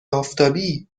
آفتابی